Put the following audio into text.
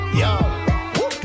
yo